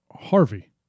Harvey